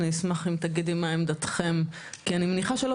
אני אשמח אם תגידי מה עמדתכם כי אני מניחה שלא